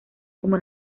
como